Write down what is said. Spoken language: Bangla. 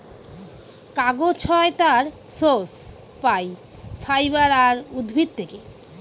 কাগজ হয় তার সোর্স পাই ফাইবার আর উদ্ভিদ থেকে